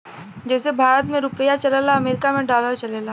जइसे भारत मे रुपिया चलला अमरीका मे डॉलर चलेला